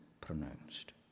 pronounced